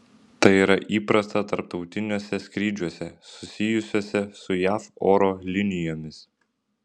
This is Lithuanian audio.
tai yra įprasta tarptautiniuose skrydžiuose susijusiuose su jav oro linijomis